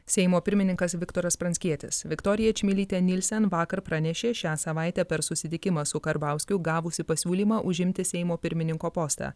seimo pirmininkas viktoras pranckietis viktorija čmilytė nilsen vakar pranešė šią savaitę per susitikimą su karbauskiu gavusi pasiūlymą užimti seimo pirmininko postą